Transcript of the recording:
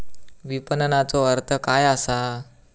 विपणनचो अर्थ काय असा?